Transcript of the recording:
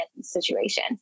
situation